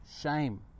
shame